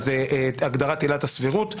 הגדרת עילת הסבירות כנ"ל.